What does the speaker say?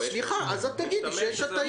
סליחה, אז את תגידי שיש הטעיה.